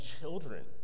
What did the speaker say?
children